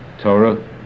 Torah